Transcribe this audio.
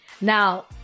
now